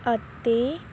ਅਤੇ